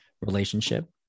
relationship